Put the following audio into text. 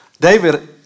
David